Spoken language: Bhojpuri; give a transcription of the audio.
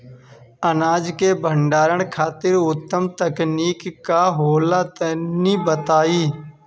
अनाज के भंडारण खातिर उत्तम तकनीक का होला तनी बताई?